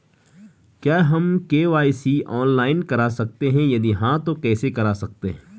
क्या हम KYC online करा सकते हैं यदि हाँ तो कैसे करा सकते हैं?